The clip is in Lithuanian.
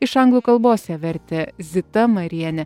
iš anglų kalbos ją vertė zita marienė